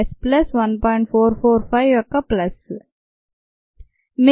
445 యొక్క ప్లస్